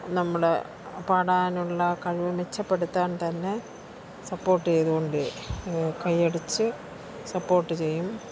നമ്മുടെ പാടാനുള്ള കഴിവ് മെച്ചപെടുത്താൻ തന്നെ സപ്പോർട്ട് ചെയ്തുകൊണ്ട് കൈയടിച്ച് സപ്പോർട്ട് ചെയ്യും